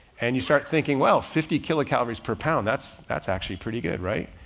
and you start thinking, well, fifty kilocalories per pound, that's, that's actually pretty good, right?